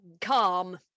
Calm